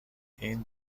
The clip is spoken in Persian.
این